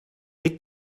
dick